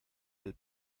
del